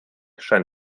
scheint